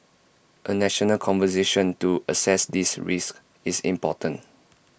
A national conversation to assess these risks is important